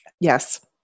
Yes